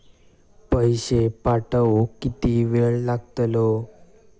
पैशे पाठवुक किती वेळ लागतलो?